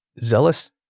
zealous